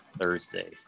Thursday